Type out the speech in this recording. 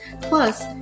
Plus